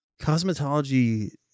cosmetology